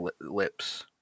lips